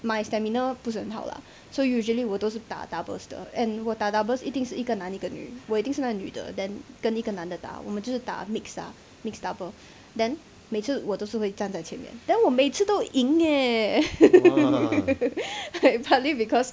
my stamina 不是很好 lah so usually 我都是打 doubles 的 and 我打 doubles 一定是一个男一个女我一定是那女的 then 跟一个男的打我们只是打 mix mix double then 每次我都是会站在前面 then 我每次都赢 leh partly because